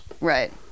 right